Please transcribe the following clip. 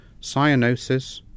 cyanosis